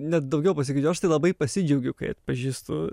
net daugiau pasakysiu aš tai labai pasidžiaugiau kai atpažįstu